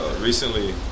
recently